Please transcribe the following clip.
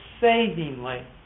savingly